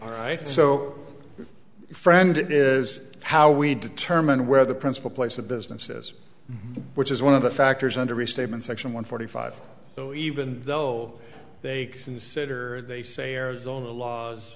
all right so friend it is how we determine where the principal place of businesses which is one of the factors under restatements section one forty five so even though they consider they say arizona